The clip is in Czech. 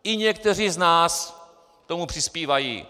I někteří z nás k tomu přispívají.